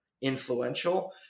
influential